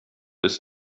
ist